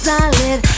Solid